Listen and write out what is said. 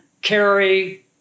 carry